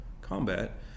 combat